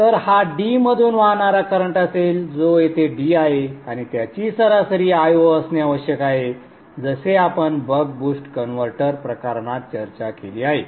तर हा D मधून वाहणारा करंट असेल जो येथे D आहे आणि त्याची सरासरी Io असणे आवश्यक आहे जसे आपण बक बूस्ट कन्व्हर्टर प्रकरणात चर्चा केली आहे